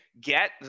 get